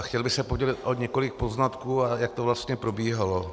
Chtěl bych se podělit o několik poznatků, jak to vlastně probíhalo.